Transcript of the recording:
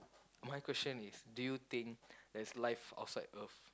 my question is do you think there's life outside earth